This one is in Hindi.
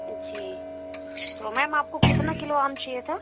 जी तो मैम आपको कितना किलो आम चाहिए था